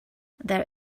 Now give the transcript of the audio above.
there